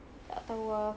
tak tahu ah